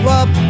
up